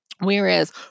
Whereas